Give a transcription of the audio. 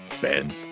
Ben